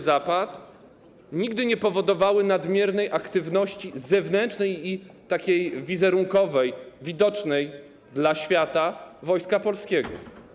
Zapad nigdy nie powodowały nadmiernej aktywności zewnętrznej i wizerunkowej, widocznej dla świata, Wojska Polskiego.